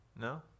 No